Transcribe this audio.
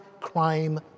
crime